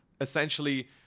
essentially